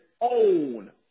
own